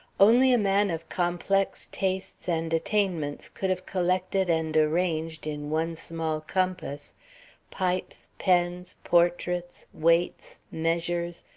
only a man of complex tastes and attainments could have collected and arranged in one small compass pipes, pens, portraits, weights, measures,